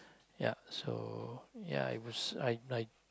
ya so ya I was I I